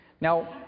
Now